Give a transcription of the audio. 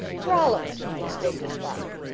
rollo! exclaimed his father,